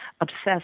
obsessed